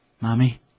Mommy